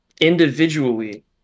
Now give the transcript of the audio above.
individually